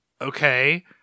Okay